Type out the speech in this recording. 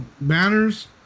banners